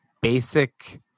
basic